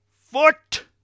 Foot